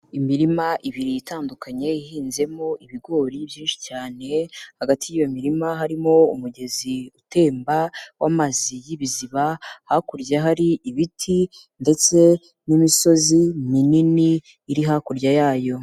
Imirima ibiri itandukanye ihinzemo ibigori byinshi cyane, hagati y'iyo mirima harimo umugezi utemba w'amazi y'ibiziba, hakurya hari ibiti ndetse n'imisozi minini iri hakurya yayo.